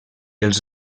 els